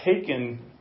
taken